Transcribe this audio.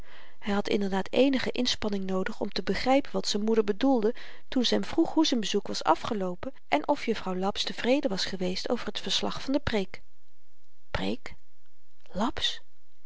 hy had inderdaad eenige inspanning noodig om te begrypen wat z'n moeder bedoelde toén ze hem vroeg hoe z'n bezoek was afgeloopen en of juffrouw laps tevreden was geweest over t verslag van de preek preek laps